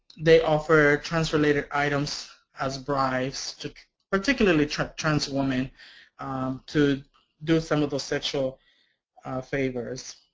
they offer trans-related items as bribes to particularly trans trans women to do some of the sexual favors.